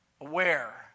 aware